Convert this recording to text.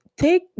Take